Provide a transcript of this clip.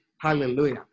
Hallelujah